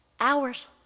hours